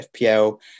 FPL